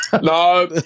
no